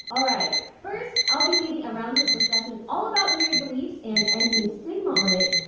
alright first, i'll be leading a roundtable discussion all about period beliefs and ending stigma on it.